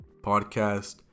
podcast